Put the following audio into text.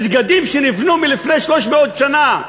מסגדים שנבנו לפני 300 שנה,